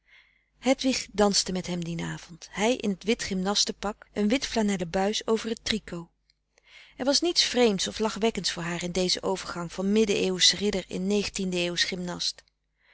hedwig danste met hem dien avond hij in t wit gymnasten pak een wit flanellen buis over t tricot er was niets vreemds of lachwekkends voor haar in dezen overgang van midden eeuwsch ridder in